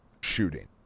shooting